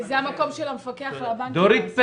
וזה המקום של המפקח על הבנקים לעשות את זה.